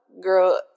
girl